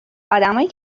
ادمایی